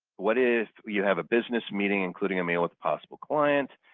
what if you have a business meeting including a meal with possible client?